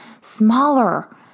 smaller